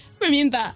Remember